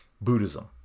Buddhism